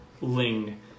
Ling